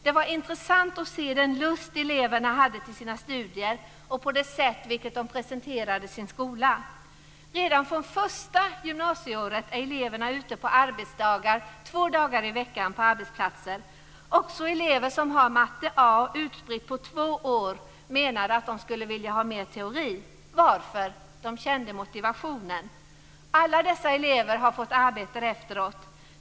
Det var intressant att se den lust eleverna hade till sina studier och det sätt på vilket de presenterade sin skola. Redan från första gymnasieåret är eleverna ute på arbetsplatser två dagar i veckan. Också elever som hade matte A utspritt på två år, menade att de skulle vilja ha mera teori. Varför? De kände motivationen. Alla dessa elever har fått arbete efteråt.